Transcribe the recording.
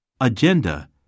Agenda